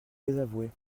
désavoué